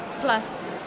Plus